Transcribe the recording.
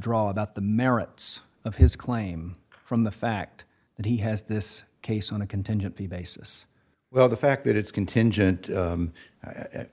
draw about the merits of his claim from the fact that he has this case on a contingency basis well the fact that it's contingent i